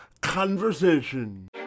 conversation